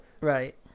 Right